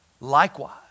likewise